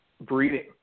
breeding